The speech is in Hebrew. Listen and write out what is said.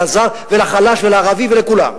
לזר ולחלש ולערבי ולכולם.